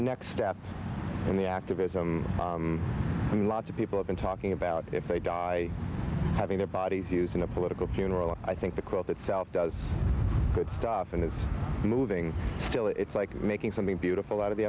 a next step in the activism i mean lots of people have been talking about if they die having their bodies using a political purell i think the quilt itself does good stuff and it's moving still it's like making something beautiful out of the